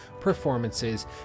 performances